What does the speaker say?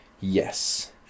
Yes